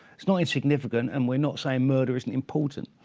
it's not insignificant. and we're not saying murder isn't important.